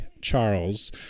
charles